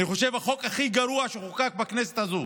אני חושב שהחוק הכי גרוע שחוקק בכנסת הזו.